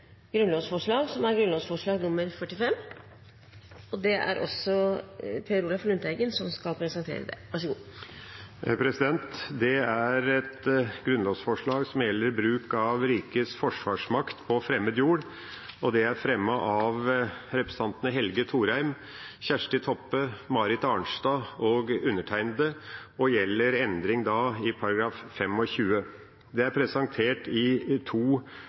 Det er et grunnlovsforslag som gjelder bruk av rikets forsvarsmakt på fremmed jord, og det er fremmet av representantene Marit Arnstad, Kjersti Toppe, Helge Thorheim og undertegnede og gjelder endring i § 25. Det er presentert i to